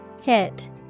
Hit